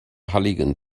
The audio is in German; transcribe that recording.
halligen